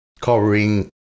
covering